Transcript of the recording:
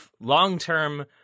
long-term